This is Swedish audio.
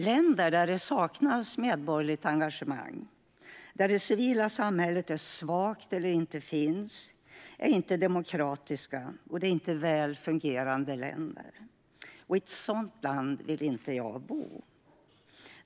Länder där det saknas medborgerligt engagemang och det civila samhället är svagt eller inte finns är inte demokratiska, väl fungerande länder. I ett sådant land vill jag inte bo.